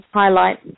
highlight